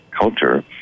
culture